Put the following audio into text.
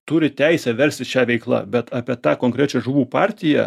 turi teisę verstis šia veikla bet apie tą konkrečią žuvų partiją